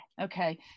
Okay